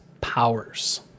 powers